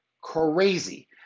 crazy